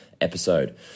episode